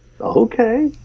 Okay